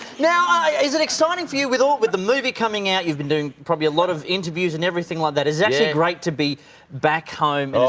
now is an exciting for you with all with the movie coming out you've been doing probably a lot of interviews and everything like that is actually great to be back home